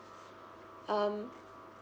um